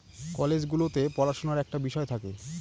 college গুলোতে পড়াশুনার একটা বিষয় থাকে